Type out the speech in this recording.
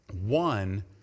one